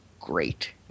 great